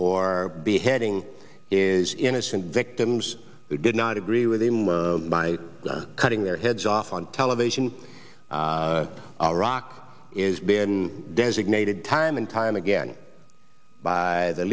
for beheading is innocent victims who did not agree with him by cutting their heads off on television a rock is been designated time and time again by the